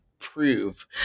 prove